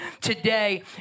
today